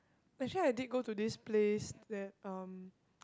actually I did go to this place where um